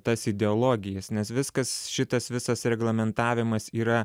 tas ideologijas nes viskas šitas visas reglamentavimas yra